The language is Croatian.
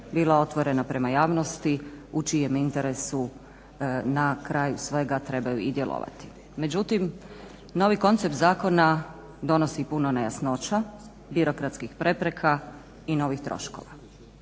bila otvoreno prema javnosti u čijem interesu na kraju svega trebaju i djelovali. Međutim, novi koncept zakona donosi puno nejasnoća, birokratskih prepreka i novih troškova.